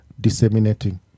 disseminating